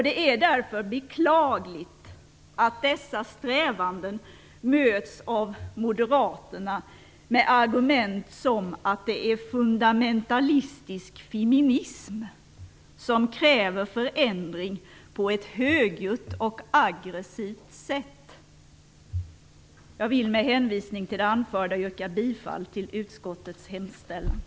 Det är därför beklagligt att dessa strävanden möts av Moderaterna med argument som att det är fundamentalistisk feminism som kräver förändring på ett högljutt och aggressivt sätt. Jag vill med hänvisning till det anförda yrka bifall till utskottets hemställan.